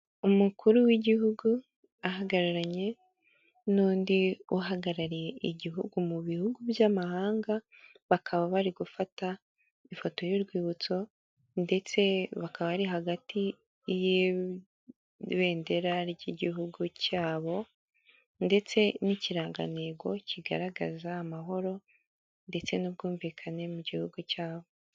Umukuru w'igihugu ahagararanye n'undi uhagarariye igihugu mu bihugu by'amahanga, bakaba bari gufata ifoto y'urwibutso ndetse bakaba ari hagati y'ibendera ry'igihugu cyabo ndetse n'ikirangantego kigaragaza amahoro ndetse n'ubwumvikane mu gihugu cyabo.